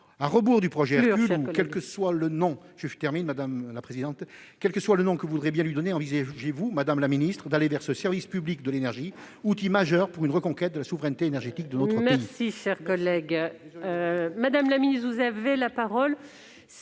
cher collègue. ... quel que soit le nom que vous voudrez lui donner, envisagez-vous, madame la ministre, d'aller vers ce service public de l'énergie, outil majeur pour une reconquête de la souveraineté énergétique de notre pays